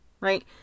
Right